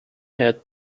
had